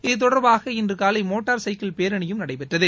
இது தொடர்பாக இன்று காலை மோட்டார் சைக்கிள் பேரணி நடைபெற்றது